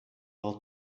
how